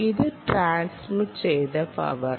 ഇത് ട്രാൻസ്മിറ്റ് ചെയ്ത പവർ